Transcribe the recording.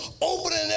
opening